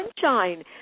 sunshine